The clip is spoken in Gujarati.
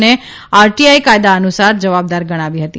અને આરટીઆઇ કાયદા અનુસાર જવાબદાર ગણાવી હતી